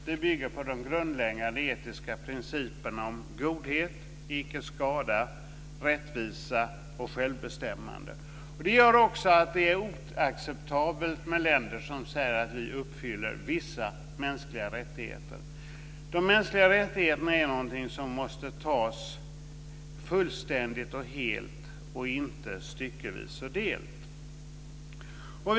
Den bygger på de grundläggande etiska principerna om godhet, om att man icke ska skada, om rättvisa och om självbestämmande. Det gör också att det är oacceptabelt med länder som säger att de uppfyller vissa mänskliga rättigheter. De mänskliga rättigheterna är någonting som måste tas fullständigt och helt och inte styckevis och delt.